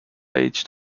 aged